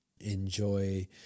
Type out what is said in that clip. enjoy